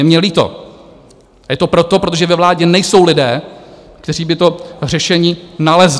Je mně líto, je to proto, protože ve vládě nejsou lidé, kteří by to řešení nalezli.